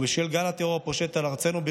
ובשל גל הטרור הפושט בארצנו,